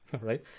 Right